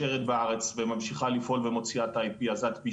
אז עד פי 3. יש מנגנון של פחת.